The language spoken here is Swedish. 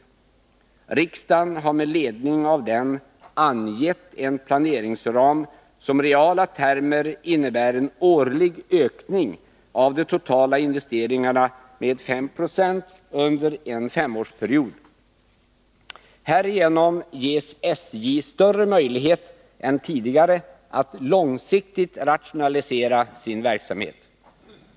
Riksdagen har med ledning av denna angett en planeringsram som i reala termer innebär en årlig ökning av de totala investeringarna med 5 96 under en femårsperiod. Härigenom ges SJ större möjlighet än tidigare att långsiktigt rationalisera sin verksamhet.